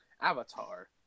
Avatar